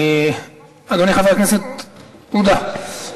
אדוני חבר הכנסת עודה,